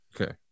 Okay